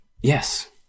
yes